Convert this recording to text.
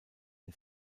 den